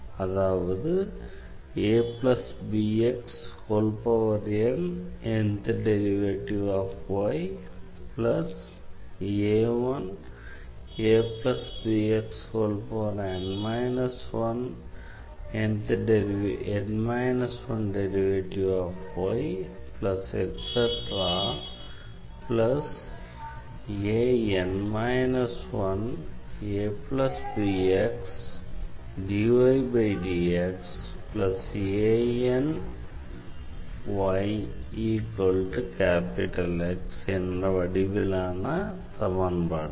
அதாவது என்ற வடிவிலான சமன்பாடுகள்